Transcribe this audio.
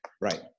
Right